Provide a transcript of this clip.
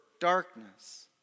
darkness